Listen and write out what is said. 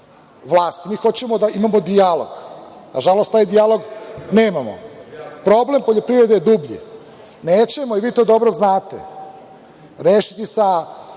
Mi hoćemo da imamo dijalog. Na žalost, taj dijalog nemamo. Problem poljoprivrede je dublji. Nećemo, i vi to dobro znate, rešiti sa,